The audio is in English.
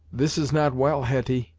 this is not well, hetty,